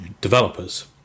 developers